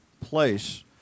place